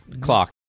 Clock